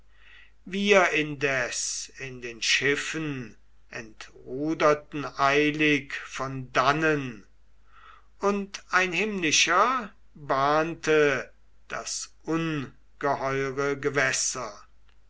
wir indes in den schiffen entruderten eilig von dannen und ein himmlischer bähnte das ungeheure gewässer